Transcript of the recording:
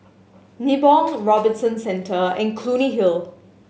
Nibong Robinson Centre and Clunny Hill